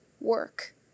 work